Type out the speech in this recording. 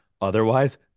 Otherwise